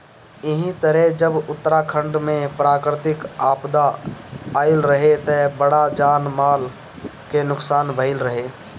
एही तरे जब उत्तराखंड में प्राकृतिक आपदा आईल रहे त बड़ा जान माल के नुकसान भईल रहे